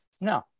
No